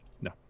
no